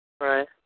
Right